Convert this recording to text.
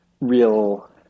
real